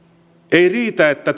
ei riitä että